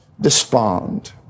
despond